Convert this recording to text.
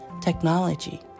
technology